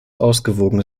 ausgewogen